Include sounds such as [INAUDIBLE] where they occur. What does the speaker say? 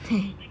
[LAUGHS]